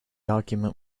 argument